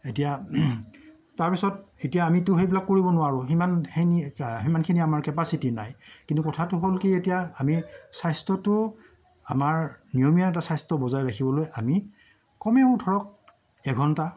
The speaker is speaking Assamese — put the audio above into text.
এতিয়া তাৰপিছত এতিয়া আমিতো সেইবিলাক কৰিব নোৱাৰোঁ সিমান সিমানখিনি আমাৰ কেপাচিটি নাই কিন্তু কথাটো হ'ল কি এতিয়া আমি স্বাস্থ্যটো আমাৰ নিয়মীয়া এটা স্বাস্থ্য বজাই ৰাখিবলৈ আমি কমেও ধৰক এঘণ্টা